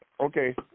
okay